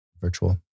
virtual